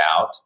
out